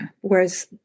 whereas